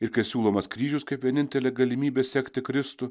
ir kai siūlomas kryžius kaip vienintelė galimybė sekti kristų